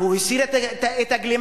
הוא הסיר את הגלימה.